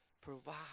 provide